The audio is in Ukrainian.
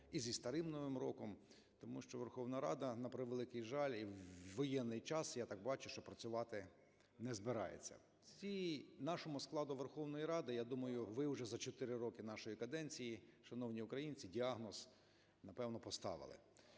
і зі старим Новим роком! Тому що Верховна Рада, на превеликий жаль, і у воєнний час, я так бачу, що працювати не збирається. Нашому складу Верховної Ради, я думаю, ви вже за чотири роки нашої каденції, шановні українці, діагноз, напевно, поставили,